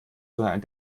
sondern